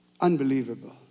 Unbelievable